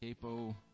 Capo